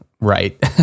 right